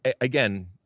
again